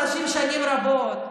גררתם אנשים שנים רבות,